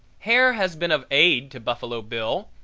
hair has been of aid to buffalo bill,